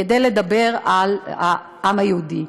כדי לדבר על העם היהודי.